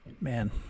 Man